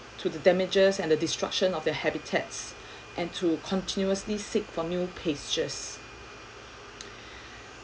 to the damages and the destruction of the habitats and to continuously seek for new places